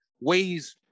ways